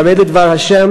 חרד לדבר ה',